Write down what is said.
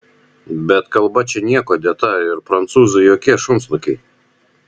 bet kalba čia niekuo dėta ir prancūzai jokie šunsnukiai